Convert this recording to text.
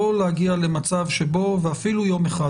לא להגיע למצב שבו ואפילו יום אחד